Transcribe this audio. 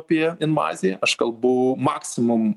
apie invaziją aš kalbu maksimum